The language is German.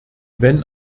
wenn